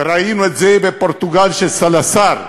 ראינו את זה בפורטוגל של סלזר,